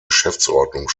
geschäftsordnung